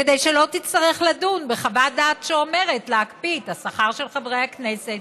כדי שלא תצטרך לדון בחוות דעת שאומרת להקפיא את השכר של חברי הכנסת.